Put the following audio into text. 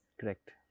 Correct